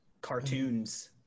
cartoons